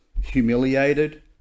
humiliated